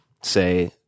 say